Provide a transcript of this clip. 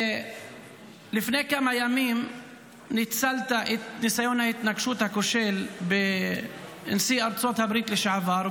לפני כמה ימים ניצלת את ניסיון ההתנקשות הכושל בנשיא ארצות הברית לשעבר,